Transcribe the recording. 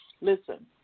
listen